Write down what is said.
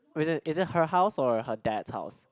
oh is it is it her house or her dad's house